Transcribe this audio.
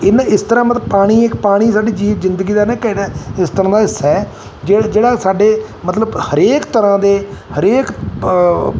ਇਹਨੇ ਇਸ ਤਰ੍ਹਾਂ ਮਤਲਬ ਪਾਣੀ ਇੱਕ ਪਾਣੀ ਸਾਡੀ ਜਿ ਜ਼ਿੰਦਗੀ ਦਾ ਨਾ ਜਿਹੜਾ ਇਸ ਤਰਾਂ ਦਾ ਹਿੱਸਾ ਜੇ ਜਿਹੜਾ ਸਾਡੇ ਮਤਲਬ ਹਰੇਕ ਤਰ੍ਹਾਂ ਦੇ ਹਰੇਕ